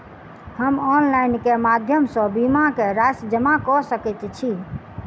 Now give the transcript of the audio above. हम ऑनलाइन केँ माध्यम सँ बीमा केँ राशि जमा कऽ सकैत छी?